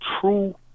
true